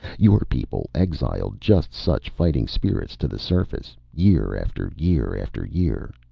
your people exiled just such fighting spirits to the surface, year after year after year.